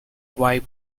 wipe